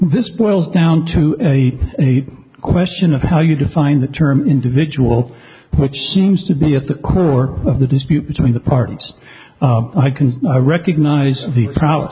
this boils down to a question of how you define the term individual which seems to be at the core of the dispute between the parties i can recognize the